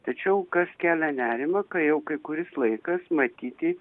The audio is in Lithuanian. tačiau kas kelia nerimą kai jau kai kuris laikas matyti